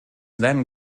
then